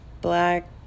black